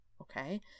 okay